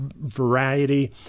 variety